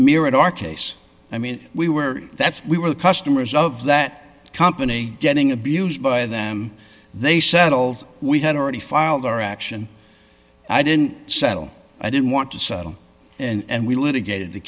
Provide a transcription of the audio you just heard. mirrored our case i mean we were that's we were the customers of that company getting abused by them they settled we had already filed our action i didn't settle i didn't want to settle and we litigated the